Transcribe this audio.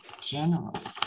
generals